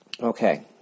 Okay